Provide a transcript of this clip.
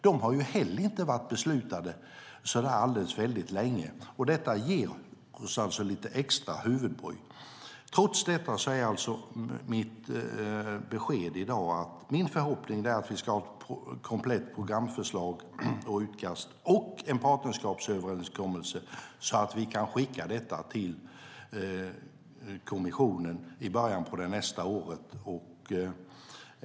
De har inte heller varit beslutade så väldigt länge, och detta ger oss lite extra huvudbry. Trots detta är alltså mitt besked i dag att min förhoppning är att vi ska ett komplett programförslag och utkast och en partnerskapsöverenskommelse som vi kan skicka till kommissionen i början på nästa år.